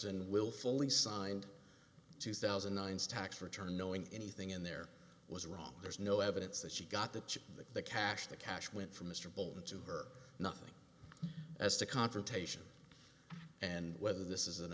will fully signed two thousand and nine stacks return knowing anything in there was wrong there's no evidence that she got that the cash the cash went for mr bolton to her nothing as to confrontation and whether this is an